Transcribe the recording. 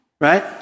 right